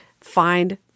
find